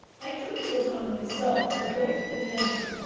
i took and upon myself to break the tension,